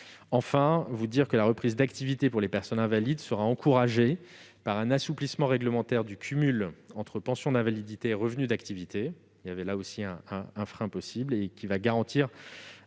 Enfin, la reprise d'activité pour les personnes invalides est encouragée par un assouplissement réglementaire du cumul entre pension d'invalidité et revenu d'activité- c'était là encore un frein possible. On garantit